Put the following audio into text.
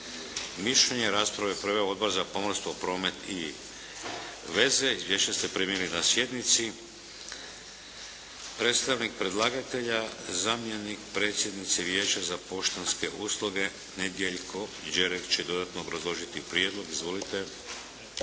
mišljenje. Raspravu je proveo Odbor za pomorstvo, promet i veze. Izvješća ste primili na sjednici. Predstavnik predlagatelja, zamjenik predsjednice Vijeća za poštanske usluge Nedjeljko Đerek će dodatno obrazložiti prijedlog. Izvolite.